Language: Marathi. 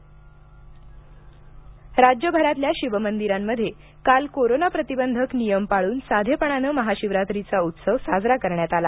महाशिवरात्र राज्यभरातल्या शिवमंदिरांमधे काल कोरोना प्रतिबंधक नियम पाळून साधेपणानं महाशिवरात्रीचा उत्सव साजरा करण्यात आला